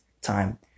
time